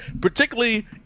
particularly